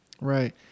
Right